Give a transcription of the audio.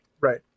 right